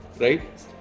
right